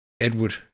Edward